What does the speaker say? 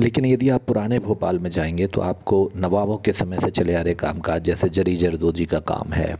लेकिन यदि आप पुराने भोपाल में जाएंगे तो आपको नवाबों के समय से चले आ रहे काम काज जैसे जरी जरदोजी का काम है